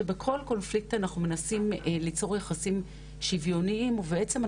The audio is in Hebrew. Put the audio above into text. שבכל קונפליקט אנחנו מנסים ליצור יחסים שוויוניים ובעצם,